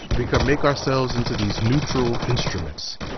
that we can make ourselves into these neutral instruments.